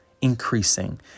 increasing